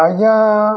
ଆଜ୍ଞା